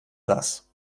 das